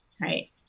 right